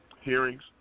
hearings